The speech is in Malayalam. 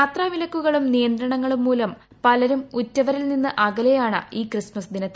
യാത്രാവിലക്കുകളും നിയന്ത്രണങ്ങളും മൂലം പലരും ഉറ്റവരിൽ നിന്ന് അകലെയാണ് ഈ ക്രിസ്മസ് ദിനത്തിൽ